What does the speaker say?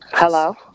Hello